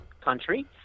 country